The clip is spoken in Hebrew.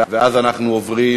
ואז אנחנו עוברים